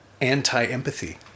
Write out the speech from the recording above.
anti-empathy